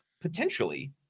potentially